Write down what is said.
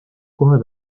kohe